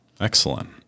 Excellent